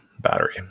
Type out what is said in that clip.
battery